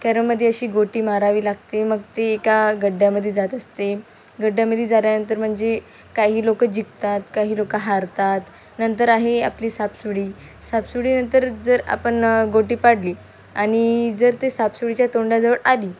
कॅरममध्ये अशी गोटी मारावी लागते मग ते एका खड्ड्यामध्ये जात असते खड्ड्यामध्ये झाल्यानंतर म्हणजे काही लोकं जिंकतात काही लोकं हारतात नंतर आहे आपली सापशिडी सापशिडीनंतर जर आपण गोटी पाडली आणि जर ते सापशिडीच्या तोंडाजवळ आली